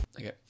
Okay